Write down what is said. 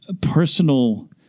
personal